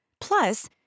Plus